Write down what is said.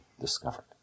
discovered